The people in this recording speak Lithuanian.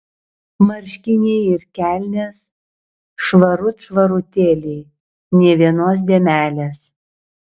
marškiniai ir kelnės švarut švarutėliai nė vienos dėmelės